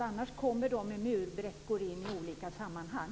Annars kommer de med murbräckor in i olika sammanhang.